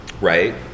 right